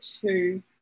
two